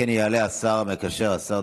הדרוש כדי להקשיב למצוקות של כלל האזרחים,